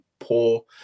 poor